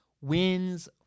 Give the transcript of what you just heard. wins